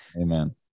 Amen